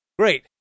Great